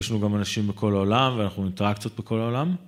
יש לנו גם אנשים בכל העולם ואנחנו עם טראקציות בכל העולם.